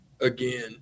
again